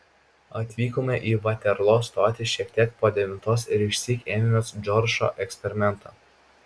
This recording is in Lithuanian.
atvykome į vaterlo stotį šiek tiek po devintos ir išsyk ėmėmės džordžo eksperimento